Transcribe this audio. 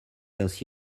ainsi